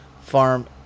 farm